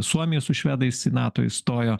suomija su švedais į nato įstojo